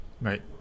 Right